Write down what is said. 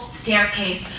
staircase